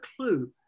clue